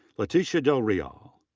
leticia del real.